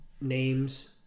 names